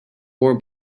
war